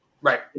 Right